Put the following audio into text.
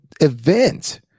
event